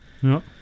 Ja